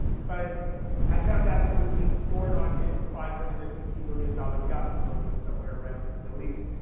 but i found out that it was being stored on his five hundred and fifty million dollar yacht floating somewhere around in the middle east,